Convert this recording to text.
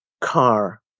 car